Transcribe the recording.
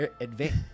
Advanced